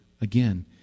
again